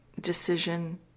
decision